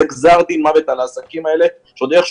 זה גזר דין מוות על העסקים האלה שעוד איכשהו